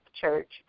Church